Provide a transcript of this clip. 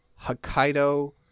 Hokkaido